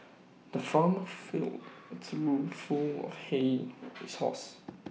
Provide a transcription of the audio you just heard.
the farmer filled A trough full of hay his horses